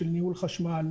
של ניהול חשמל,